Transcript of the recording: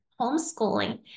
homeschooling